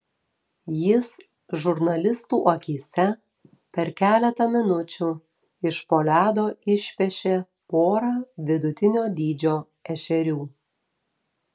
jis žurnalistų akyse per keletą minučių iš po ledo išpešė porą vidutinio dydžio ešerių